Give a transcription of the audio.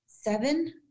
seven